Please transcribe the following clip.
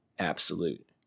absolute